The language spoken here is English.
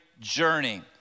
Journey